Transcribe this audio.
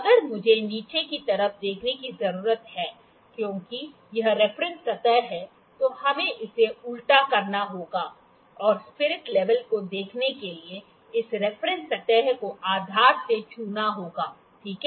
अगर मुझे नीचे की तरफ देखने की जरूरत है क्योंकि यह रेफरंस सतह है तो हमें इसे उल्टा करना होगा और स्पिरिट लेवल को देखने के लिए इस रेफरंस सतह को आधार से छूना होगा ठीक है